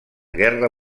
guerra